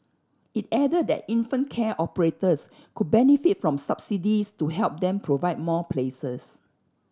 it added that infant care operators could benefit from subsidies to help them provide more places